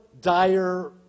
dire